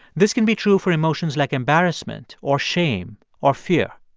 this can be true for emotions like embarrassment or shame or fear.